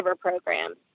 programs